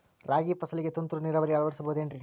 ರಾಗಿ ಫಸಲಿಗೆ ತುಂತುರು ನೇರಾವರಿ ಅಳವಡಿಸಬಹುದೇನ್ರಿ?